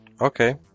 Okay